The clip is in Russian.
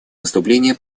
выступления